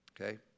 Okay